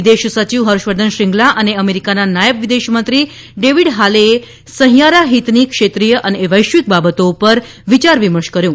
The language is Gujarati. વિદેશ સચિવ ઠર્ષવર્ધન શ્રંગલા અને અમેરીકાના નાયબ વિદેશ મંત્રી ડેવીડ હાલેએ સહિયારા હિતની ક્ષેત્રીય અને વૈશ્વિક બાબતો પર વિચાર વિમર્શ કર્યો